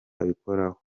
abikoraho